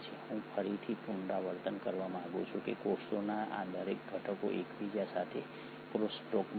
હું ફરીથી પુનરાવર્તન કરવા માંગુ છું કે કોષોના આ દરેક ઘટકો એકબીજા સાથે ક્રોસટોકમાં છે